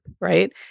right